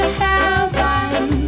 heaven